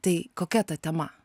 tai kokia ta tema